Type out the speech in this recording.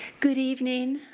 good evening.